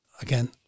Again